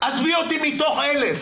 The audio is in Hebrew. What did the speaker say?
עזבי אותי, מתוך 1,000